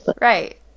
right